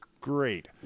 Great